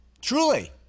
truly